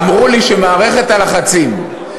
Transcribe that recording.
אמרו לי שמערכת הלחצים,